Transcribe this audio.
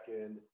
end